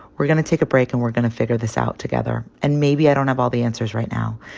we're going to take a break, and we're going to figure this out together. and maybe i don't have all the answers right now.